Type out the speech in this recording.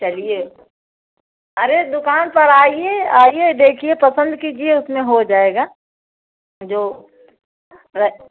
चलिए अरे दुकान पर आइए आइए देखिए पसंद कीजिए उसमें हो जाएगा जो रहे